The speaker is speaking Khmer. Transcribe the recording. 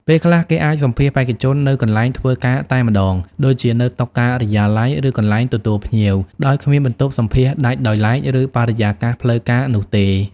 ពេលខ្លះ គេអាចសម្ភាសន៍បេក្ខជននៅកន្លែងធ្វើការតែម្ដង ដូចជានៅតុការិយាល័យ ឬកន្លែងទទួលភ្ញៀវ ដោយគ្មានបន្ទប់សម្ភាសន៍ដាច់ដោយឡែក ឬបរិយាកាសផ្លូវការនោះទេ។